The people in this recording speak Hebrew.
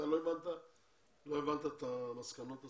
אתה לא הבנת את המסקנות הסופיות.